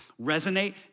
Resonate